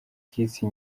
bw’isi